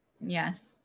yes